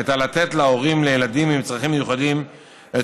הייתה לתת להורים לילדים עם צרכים מיוחדים את